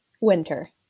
Winter